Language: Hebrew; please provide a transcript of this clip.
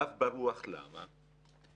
עף ברוח, למה?